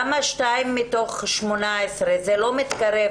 לא מתקרב,